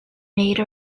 made